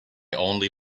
only